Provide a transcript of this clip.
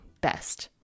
best